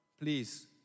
please